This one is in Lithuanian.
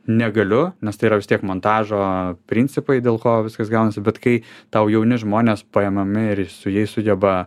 negaliu nes tai yra vis tiek montažo principai dėl ko viskas gaunasi bet kai tau jauni žmonės paėmami ir su jais sugeba